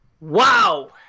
Wow